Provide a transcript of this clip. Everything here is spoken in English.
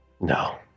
No